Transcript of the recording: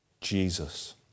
Jesus